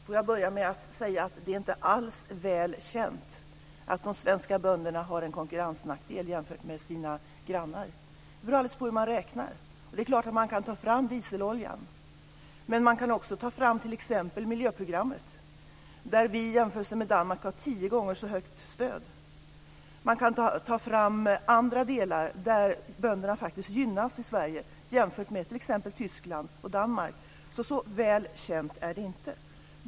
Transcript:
Fru talman! Det är inte alls väl känt att de svenska bönderna har en konkurrensnackdel jämfört sina grannar. Det beror alldeles på hur man räknar. Det är klart att man kan ta fram dieseloljan som exempel, men man kan också ta fram miljöprogrammet. Där har vi tio gånger högre stöd än Danmark. Man kan ta fram andra saker där bönderna faktiskt gynnas i Sverige jämfört med i t.ex. Tyskland och Danmark. Det är inte så väl känt.